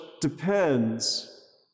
depends